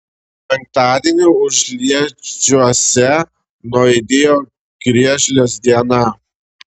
penktadienį užliedžiuose nuaidėjo griežlės diena